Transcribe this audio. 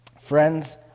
Friends